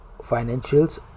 financials